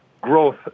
growth